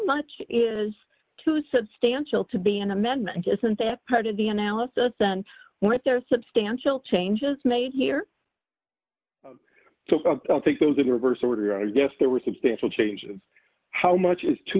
much is too substantial to be an amendment doesn't that part of the analysis on what there are substantial changes made here i think those are the reverse order i guess there were substantial changes how much is too